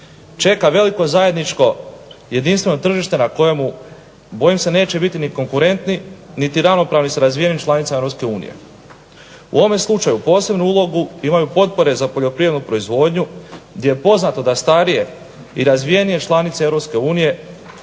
čeka veliko zajedničko jedinstveno tržište na kojemu bojim se neće biti ni konkurentni niti ravnopravni sa razvijenim članicama EU. U ovome slučaju posebnu ulogu imaju potpore za poljoprivrednu proizvodnju gdje je poznato da starije i razvijenije članice EU